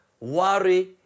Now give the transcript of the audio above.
worry